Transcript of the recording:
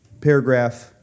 paragraph